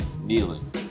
kneeling